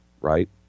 right